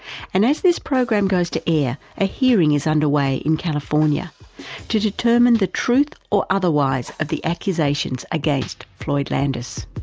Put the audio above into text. and as this program goes to air, a hearing is under way in california to determine the truth or otherwise of the accusations against floyd landis.